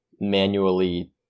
manually